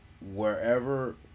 Wherever